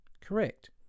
Correct